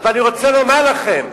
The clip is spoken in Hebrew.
אני רוצה לומר לכם,